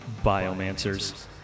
Biomancers